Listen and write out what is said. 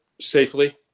safely